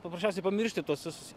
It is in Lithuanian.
paprasčiausiai pamiršti tuos visus